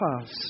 pass